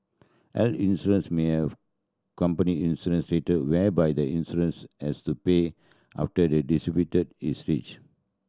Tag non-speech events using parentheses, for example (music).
health insurance may have company insurance rate whereby the insurance has to pay after the (unintelligible) is reached